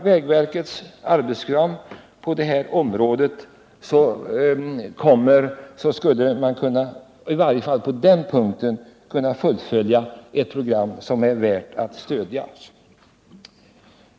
Vägverkets program på detta område är alltså väl värt att stödja.